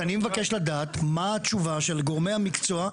אז אני מבקש לדעת מה התשובה של גורמי המקצוע,